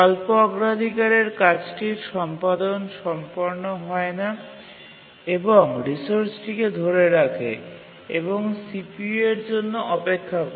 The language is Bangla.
স্বল্প অগ্রাধিকারের কাজটির সম্পাদন সম্পন্ন হয় না এবং রিসোর্সটিকে ধরে রাখে এবং CPU এর জন্য অপেক্ষা করে